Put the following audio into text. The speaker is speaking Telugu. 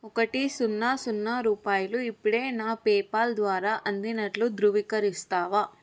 ఒకటి సున్నా సున్నా రూపాయిలు ఇప్పుడే నా పేపాల్ ద్వారా అందినట్లు ధృవీకరిస్తావా